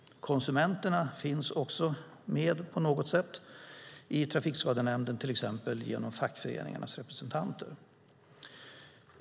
Konsumenterna finns också med på något sätt, i Trafikskadenämnden till exempel genom fackföreningarnas representanter.